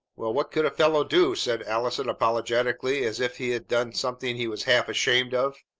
well, what could a fellow do? said allison apologetically, as if he had done something he was half ashamed of.